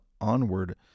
onward